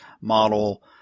model